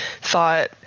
thought